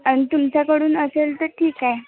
आणि तुमच्याकडून असेल तर ठीक आहे